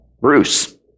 Bruce